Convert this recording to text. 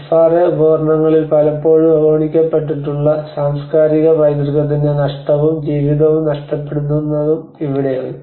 FRA ഉപകരണങ്ങളിൽ പലപ്പോഴും അവഗണിക്കപ്പെട്ടിട്ടുള്ള സാംസ്കാരിക പൈതൃകത്തിന്റെ നഷ്ടവും ജീവിതവും നഷ്ടപ്പെടുന്നതും ഇവിടെയാണ്